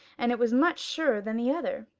and it was much surer than the other,